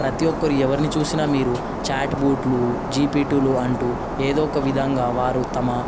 ప్రతి ఒక్కరు ఎవరిని చూసినా మీరు చాట్బోట్లు జీపి టూల్ అంటూ ఏదో ఒక విధంగా వారు తమ